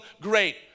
great